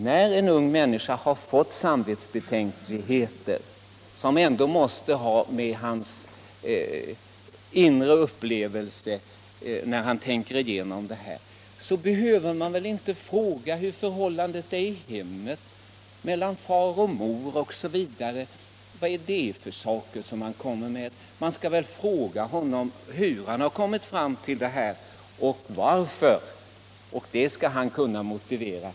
När en ung människa har fått samvetsbetänkligheter, som måste ha med hans inre upplevelser att göra, behöver man väl inte fråga honom hur det är i hemmet, hur förhållandet är mellan far och mor, osv. Vad har det med saken att göra? Man skall väl fråga honom hur han kommit fram till sin ståndpunkt. Det skall han kunna motivera.